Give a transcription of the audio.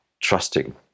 trusting